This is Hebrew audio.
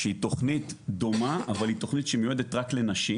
שהיא תוכנית דומה אבל היא תוכנית שמיועדת רק לנשים